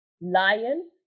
Lion